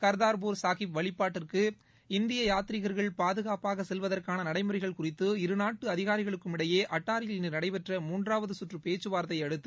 கர்தார்பூர் சாஹிப் வழிபாட்டிற்கு இந்திய யாத்ரீகர்கள் பாதுகாப்பாக செல்வதற்கான நடைமுறைகள் குறித்து இருநாட்டு அதிகாரிகளுக்கும் இடையே அட்டாரியில் இன்று நடைபெற்ற மூன்றாவது கற்று பேச்சு வார்த்தையை அடுத்து